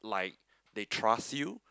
like they trust you